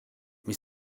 mis